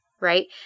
right